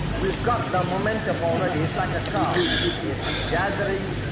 we've got the momentum already, it's like a car, it's gathering